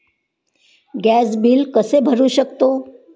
Gas bill कसे भरू शकतो?